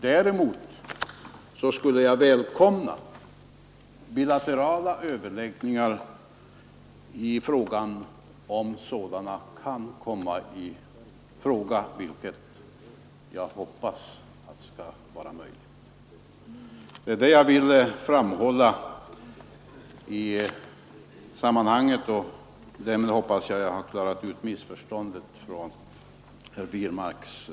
Däremot skulle jag välkomna bilaterala överläggningar angående detta om sådana kan komma i fråga, vilket jag hoppas skall vara möjligt. Det är detta jag vill framhålla i sammanhanget, och därmed hoppas jag att ha klarat ut missförståndet från herr Wirmarks sida.